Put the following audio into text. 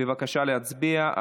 בבקשה להצביע.